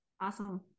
awesome